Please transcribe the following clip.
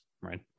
right